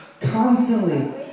constantly